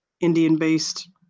Indian-based